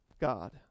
God